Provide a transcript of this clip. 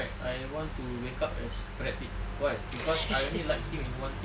I want to wake up as brad pitt why cause I only like him in one thing